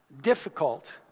difficult